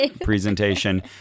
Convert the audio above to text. presentation